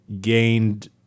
gained